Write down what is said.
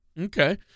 Okay